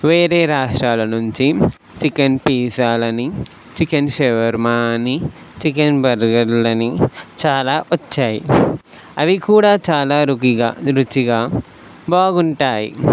వేరే రాష్ట్రాల నుంచి చికెన్ తీశాలని చికెన్ షవర్మని చికెన్ బర్గర్లని చాలా వచ్చాయి అవి కూడా చాలా రూకీగా రుచిగా బాగుంటాయి